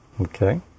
Okay